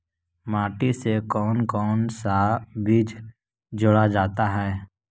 माटी से कौन कौन सा बीज जोड़ा जाता है?